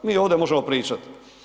Mi ovdje možemo pričati.